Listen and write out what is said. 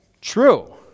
true